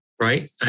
right